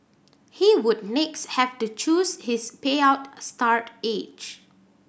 he would next have to choose his payout a start age